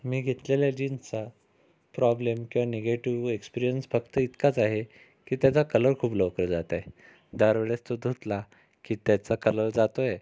मी घेतलेल्या जीन्सचा प्रॉब्लेम किंवा निगेटिव एक्सपिरियन्स फक्त इतकाच आहे की त्याचा कलर खूप लवकर जात आहे दरवेळेस तो धुतला की त्याचा कलर जातो आहे